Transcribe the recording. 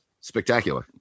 spectacular